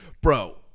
bro